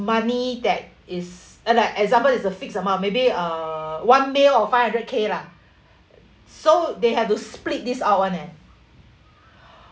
money that is uh like example it's a fixed amount maybe uh one mil or five hundred K lah so they have to split this out [one] leh